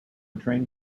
train